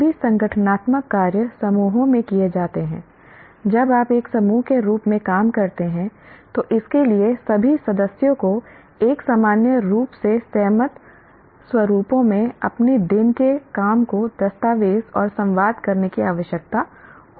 सभी संगठनात्मक कार्य समूहों में किए जाते हैं जब आप एक समूह के रूप में काम करते हैं तो इसके लिए सभी सदस्यों को एक सामान्य रूप से सहमत स्वरूपों में अपने दिन के काम को दस्तावेज और संवाद करने की आवश्यकता होती है